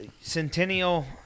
Centennial